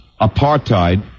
apartheid